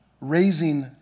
raising